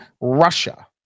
Russia